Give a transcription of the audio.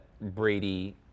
Brady